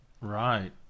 Right